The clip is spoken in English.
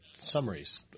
summaries